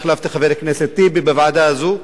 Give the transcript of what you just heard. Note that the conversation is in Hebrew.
החלפתי את חבר הכנסת טיבי בוועדה הזאת,